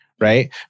right